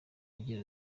agira